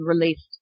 released